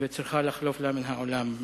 וצריכה לחלוף מן העולם.